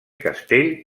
castell